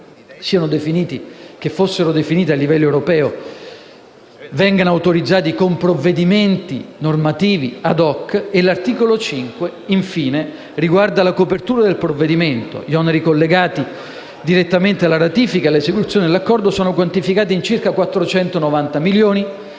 che fossero definiti a livello europeo, vengano autorizzati con provvedimenti normativi *ad hoc*. L'articolo 5, infine, riguarda la copertura del provvedimento. Gli oneri collegati direttamente alla ratifica e all'esecuzione dell'Accordo sono quantificati in circa 490.000